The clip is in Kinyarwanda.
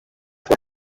tuba